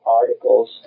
articles